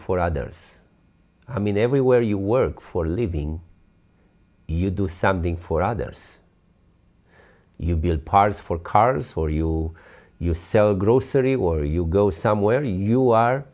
for others i mean everywhere you work for a living you do something for others you build parts for cars for you you sell grocery war you go somewhere you are